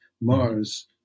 Mars